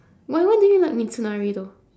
wh~ why do you like mitsunari though